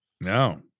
No